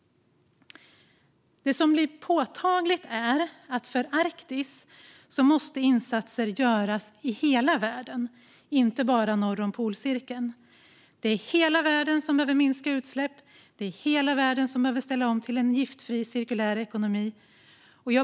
Det som blir påtagligt är att insatser för Arktis måste göras i hela världen, inte bara norr om polcirkeln. Hela världen behöver minska utsläpp och ställa om till en giftfri cirkulär ekonomi.